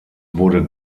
wurde